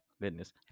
goodness